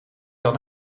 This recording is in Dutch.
dan